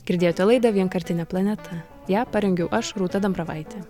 girdėjote laidą vienkartinė planeta ją parengiau aš rūta dambravaitė